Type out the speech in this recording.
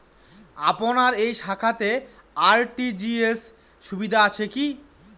আপনার এই শাখাতে আর.টি.জি.এস সুবিধা আছে কি?